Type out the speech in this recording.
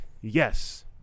yes